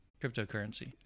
Cryptocurrency